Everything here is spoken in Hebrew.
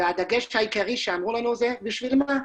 והדגש העיקרי שאמרו לנו היה, בשביל מה?